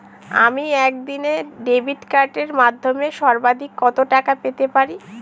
আমি একদিনে ডেবিট কার্ডের মাধ্যমে সর্বাধিক কত টাকা পেতে পারি?